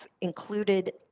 included